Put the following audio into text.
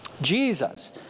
Jesus